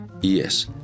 Yes